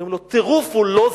אומרים לו: טירוף הוא לא זה.